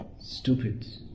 stupid